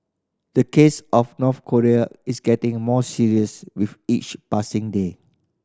the case of North Korea is getting more serious with each passing day